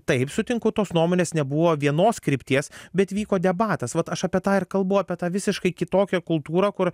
taip sutinku tos nuomonės nebuvo vienos krypties bet vyko debatas vat aš apie tą ir kalbu apie tą visiškai kitokią kultūrą kur